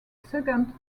second